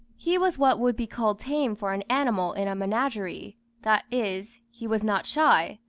he was what would be called tame for an animal in a menagerie that is, he was not shy,